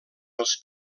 els